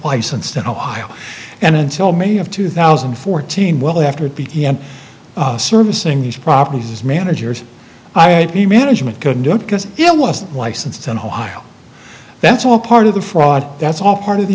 licensed in ohio and until may of two thousand and fourteen well after it began servicing these properties managers the management couldn't do it because it wasn't licensed and while that's all part of the fraud that's all part of the